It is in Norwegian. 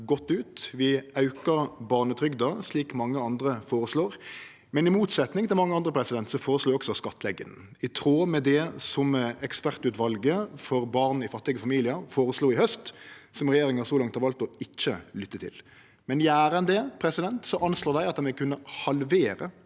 Vi aukar barnetrygda, slik mange andre føreslår. Men i motsetning til mange andre føreslår vi også å skattleggje henne i tråd med det som ekspertutvalet for barn i fattige familiar føreslo i haust, som regjeringa så langt har valt å ikkje lytte til. Men gjer ein det, anslår dei at ein vil kunne halvere